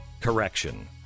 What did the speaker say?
correction